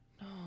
No